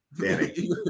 Danny